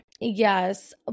Yes